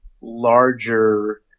larger